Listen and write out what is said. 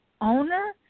owner